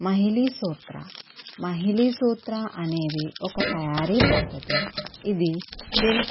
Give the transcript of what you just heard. మహిలీ సూత్ర మహిలీ సూత్ర అనేది ఒక తయారీ పద్ధతి ఇది సిల్క్